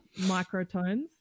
microtones